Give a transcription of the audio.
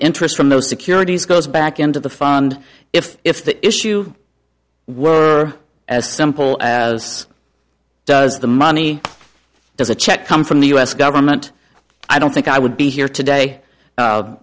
interest from those securities goes back into the fund if if the issue were as simple as does the money does a check come from the us government i don't think i would be here today